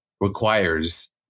requires